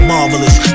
Marvelous